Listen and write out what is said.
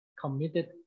committed